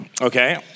okay